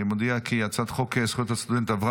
אני מודיע כי הצעת חוק זכויות הסטודנט עברה